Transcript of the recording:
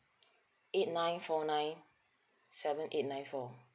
eight nine four nine seven eight nine four